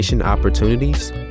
opportunities